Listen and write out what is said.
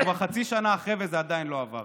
אנחנו כבר חצי שנה אחרי וזה עדיין לא עבר.